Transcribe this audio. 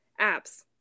apps